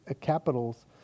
capitals